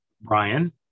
Brian